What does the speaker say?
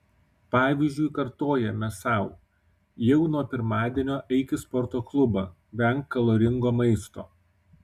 pavyzdžiui kartojame sau jau nuo pirmadienio eik į sporto klubą venk kaloringo maisto